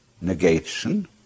negation